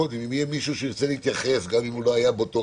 קודם כול זו הזדמנות לברך - עשיתי את זה כבר באופן